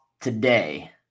today